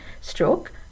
stroke